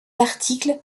articles